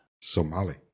Somali